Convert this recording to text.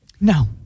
No